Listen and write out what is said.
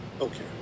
Okay